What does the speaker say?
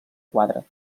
quadra